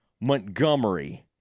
Montgomery